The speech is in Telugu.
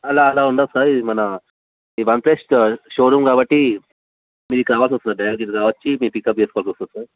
అలా అలా ఉండదు సార్ ఇది మన వన్ప్లస్ షోరూమ్ కాబట్టి మీరు ఇక్కడ రావాల్సి వస్తుంది డైరెక్ట్గా ఇక్కడ వచ్చి మీరు పికప్ చేసుకోవాల్సి వస్తుంది సార్